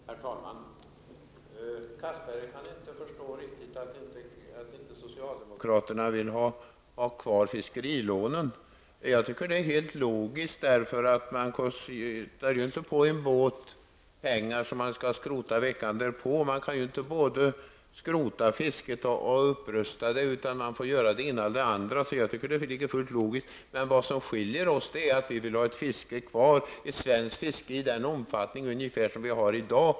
Herr talman! Anders Castberger kan inte riktigt förstå att socialdemokraterna inte vill ha kvar fiskerilånen. Men jag tycker att det är helt logiskt, eftersom man inte kostar på en båt som skall skrotas följande vecka. Man kan ju inte både skrota fisket och upprusta det, utan man får göra det ena eller det andra. Jag tycker därför att detta är helt logiskt. Men vad som skiljer oss åt är att vi vill ha kvar ett svenskt fiske ungefär i den omfattning som vi har i dag.